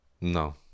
No